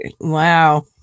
wow